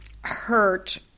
hurt